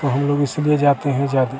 तो हम लोग इसलिए जाते हैं ज़्यादा